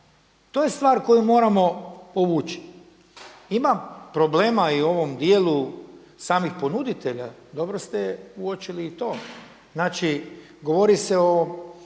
To je stvar koju moramo povući. Ima problema i u ovom djelu samih ponuditelja, dobro ste uočili i to. Znači govori se o